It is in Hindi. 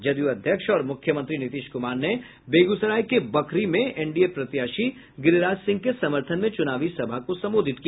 जदयू अध्यक्ष और मुख्यमंत्री नीतीश कुमार ने बेगूसराय के बखरी में एनडीए प्रत्याशी गिरिराज सिंह के समर्थन में चूनावी सभा को संबोधित किया